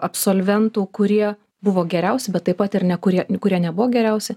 absolventų kurie buvo geriausi bet taip pat ir ne kurie kurie nebuvo geriausi